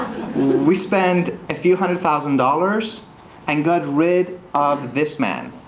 we spend a few hundred thousand dollars and got rid of this man,